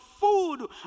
food